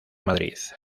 madrid